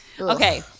Okay